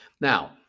Now